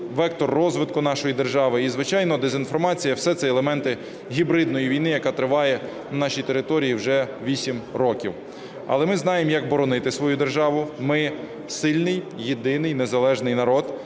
вектор розвитку нашої держави і, звичайно, дезінформація – все це елементи гібридної війни, яка триває на нашій території вже 8 років. Але ми знаємо, як боронити свою державу. Ми сильний, єдиний, незалежний народ,